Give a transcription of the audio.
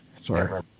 sorry